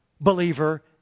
believer